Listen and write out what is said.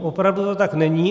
Opravdu to tak není.